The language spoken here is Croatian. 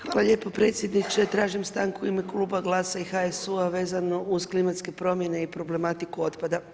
Hvala lijepo predsjedniče tražim stanku u ime Kluba GLAS-a i HSU-a vezano uz klimatske promjene i problematiku otpada.